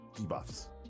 debuffs